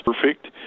perfect